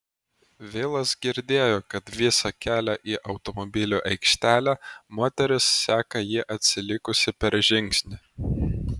vilas girdėjo kad visą kelią į automobilių aikštelę moteris seka jį atsilikusi per žingsnį